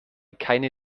keine